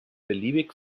beliebig